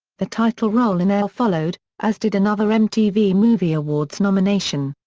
the title role in elf followed, as did another mtv movie awards nomination.